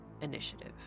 initiative